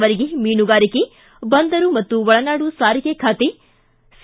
ಅವರಿಗೆ ಮೀನುಗಾರಿಕೆ ಬಂದರು ಮತ್ತು ಒಳನಾಡು ಸಾರಿಗೆ ಖಾತೆ ಸಿ